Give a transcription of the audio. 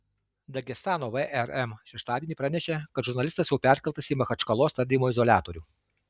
dagestano vrm šeštadienį pranešė kad žurnalistas jau perkeltas į machačkalos tardymo izoliatorių